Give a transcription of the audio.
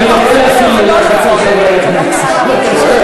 אדוני, לא להפעיל לחץ על חברי הכנסת בבקשה.